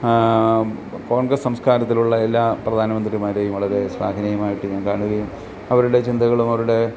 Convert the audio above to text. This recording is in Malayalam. കോൺഗ്രസ് സംസ്കാരത്തിലുള്ള എല്ലാ പ്രധാനമന്ത്രിമാരെയും വളരെ സ്വാഹനീയമായിട്ട് ഞാൻ കാണുകയും അവരുടെ ചിന്തകളും അവരുടെ